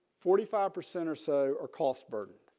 forty five percent or so or cost burden.